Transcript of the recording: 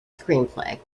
screenplay